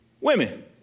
women